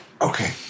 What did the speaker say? Okay